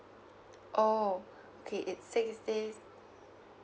oh okay it six days